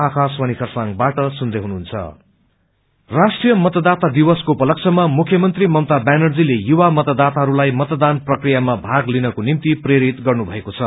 voters day Mamata राष्ट्रीय मतदाता दिवसको उपलक्ष्यमा मुख्यमन्त्री ममता व्यानर्जीले युवा मतदाताहरूलाई मतदान प्रक्रियामा भाग लिनको निम्ति प्रेरित गर्नुभएको छ